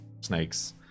snakes